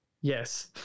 Yes